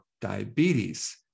diabetes